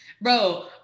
Bro